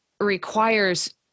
requires